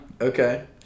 Okay